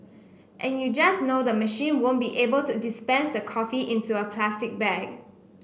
and you just know the machine won't be able to dispense the coffee into a plastic bag